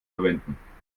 verwenden